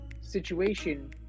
situation